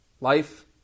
life